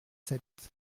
sept